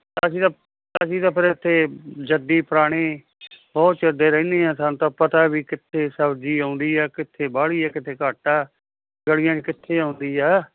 ਅਸੀਂ ਤਾਂ ਫਿਰ ਇੱਥੇ ਜੱਦੀ ਪੁਰਾਣੇ ਬਹੁਤ ਚਿਰ ਦੇ ਰਹਿੰਦੇ ਹਾਂ ਸਾਨੂੰ ਤਾਂ ਪਤਾ ਵੀ ਕਿੱਥੇ ਸਬਜ਼ੀ ਆਉਂਦੀ ਆ ਕਿੱਥੇ ਬਾਹਲੀ ਹੈ ਕਿੱਥੇ ਘੱਟ ਆ ਗਲੀਆਂ 'ਚ ਕਿੱਥੇ ਆਉਂਦੀ ਆ